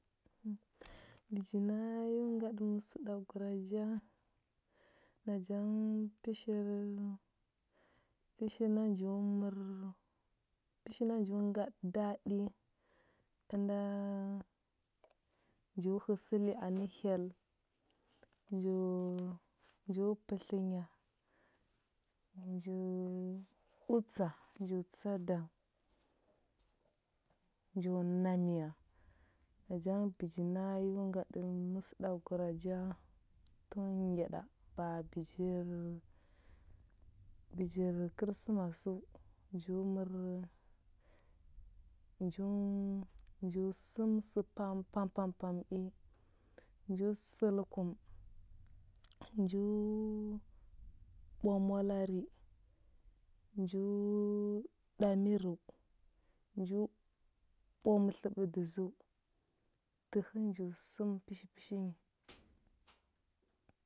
Bəji na yo ngaɗə məsəagəguraja, naja ngə pəshir-pəhina nju mər- pəshina nju ngaɗə daɗi əna- nju həsəli anə hyel nju- nju pətlənya nju utsa nju tsa dang, nju na miya. Naja ngə bəji na yo ngaɗə məsəɗagəguraja tun ngya ɗa ba bəjir- bəjir kərəsmasəu. Nju mər nju nju səm sə pampam pampmam pam i. Nju səl kum, nju ɓwa mwalari, nju- ɗa mirəu, nju ɓwa mətləɓə dəzəu. Dəhə njo səm pəshi pəshi nyi